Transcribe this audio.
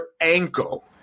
ankle